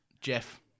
Jeff